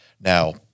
Now